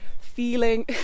feeling